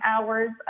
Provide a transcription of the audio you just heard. hours